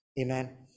amen